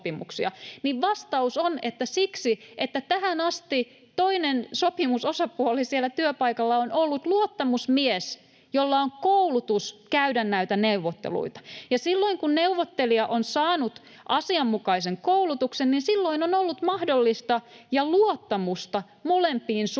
siksi, että tähän asti toinen sopimusosapuoli siellä työpaikalla on ollut luottamusmies, jolla on koulutus käydä näitä neuvotteluita. Ja silloin kun neuvottelija on saanut asianmukaisen koulutuksen, niin silloin on ollut luottamusta molempiin suuntiin